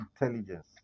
intelligence